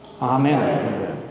Amen